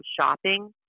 shopping